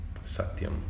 Satyam